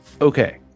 Okay